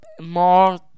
more